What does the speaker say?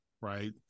right